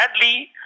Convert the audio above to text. sadly